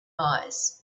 eyes